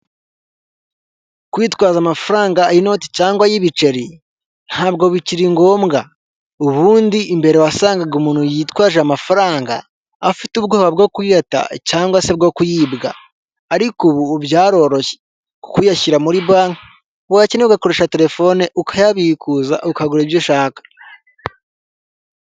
Kwitwaza amafaranga inoti, cyangway'ibiceri ntabwo bikiri ngombwa ubundi mbere wasangaga umuntu yitwaje amafaranga afite ubwoba bwo kuyata, cyangwa se bwo kuyibwa ariko ubu byaroroshye kuko uyashyira muri banki wakenerwa kurusha telefone ukayabikuza ukagura ibyo ushaka.